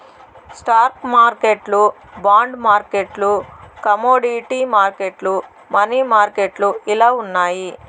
stock మార్కెట్లు bond మార్కెట్లు commodity మార్కెట్లు, మనీ మార్కెట్లు ఇలా ఉన్నాయి